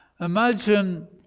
Imagine